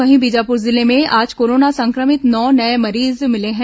वहीं बीजापुर जिले में आज कोरोना संक्रमित नौ नये मरीज मिले हैं